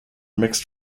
mixed